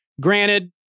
Granted